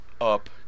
up